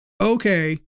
okay